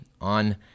on